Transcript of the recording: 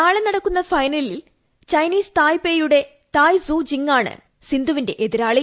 നാളെ നടക്കുന്ന ഫെനലിൽ ചൈനീസ് തായ്പേയിയുടെ തായ് സൂ ചിങ്ങാണ് സിന്ധുവിന്റെ എതിരാളി